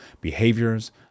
behaviors